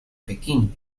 pekín